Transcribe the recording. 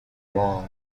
wrong